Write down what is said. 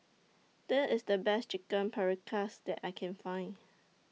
This IS The Best Chicken Paprikas that I Can Find